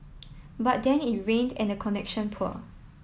but then it rained and the connection poor